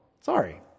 Sorry